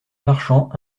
marchands